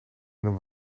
een